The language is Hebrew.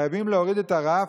חייבים להוריד את הרף.